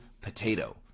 potato